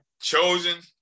Chosen